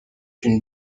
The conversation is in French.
une